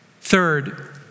third